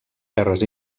terres